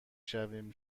شویم